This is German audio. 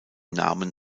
namen